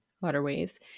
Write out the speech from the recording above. waterways